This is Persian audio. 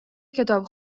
کتاب